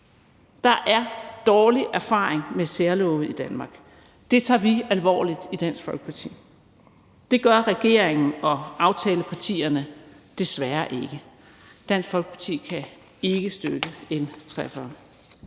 Der er dårlig erfaring med særlove i Danmark. Det tager vi alvorligt i Dansk Folkeparti. Det gør regeringen og aftalepartierne desværre ikke. Dansk Folkeparti kan ikke støtte L 43.